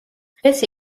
დღეს